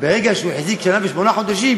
ברגע שהוא החזיק שנה ושמונה חודשים,